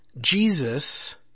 Jesus